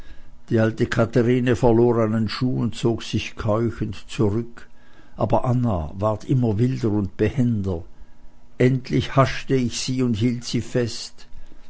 die alte katherine verlor einen schuh und zog sich keuchend zurück aber anna ward immer wilder und behender endlich haschte ich sie und hielt sie fest